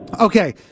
Okay